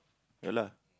ya lah